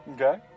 Okay